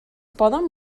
poden